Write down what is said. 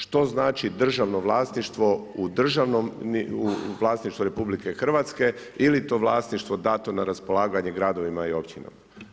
Što znači državno vlasništvo u državnom vlasništvu RH ili to vlasništvo dato na raspolaganje gradovima i općinama?